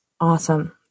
Awesome